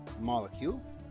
molecule